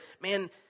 man